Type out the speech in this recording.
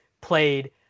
played